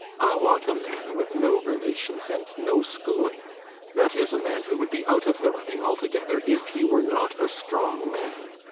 i want a man with no relations and no schooling that is, a man who would be out of the running altogether if he were not a strong man.